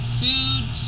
food